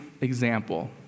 example